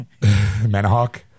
Manahawk